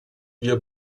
wir